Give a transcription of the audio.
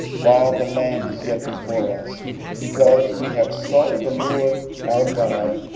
while the land is yet before us because we have sought the lord our god,